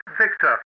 Victor